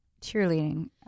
cheerleading